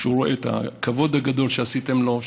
כשהוא רואה את הכבוד הגדול שעשיתם לו,